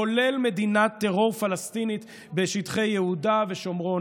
כולל מדינת טרור פלסטינית בשטחי יהודה ושומרון,